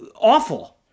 awful